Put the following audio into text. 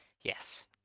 Yes